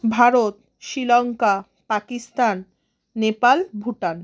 Bharat Sri Lanka Pakistan Nepal Bhutan